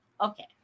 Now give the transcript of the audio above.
okay